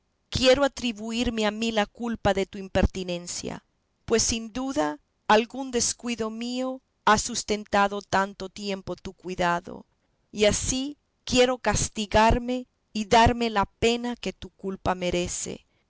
quiero atribuirme a mí la culpa de tu impertinencia pues sin duda algún descuido mío ha sustentado tanto tiempo tu cuidado y así quiero castigarme y darme la pena que tu culpa merece